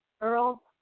Earl